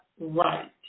right